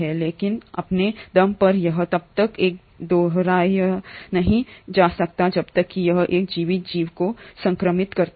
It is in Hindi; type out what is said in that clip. लेकिन अपने दम पर यह तब तक दोहराया नहीं जा सकता जब तक कि यह एक जीवित जीव को संक्रमित करता है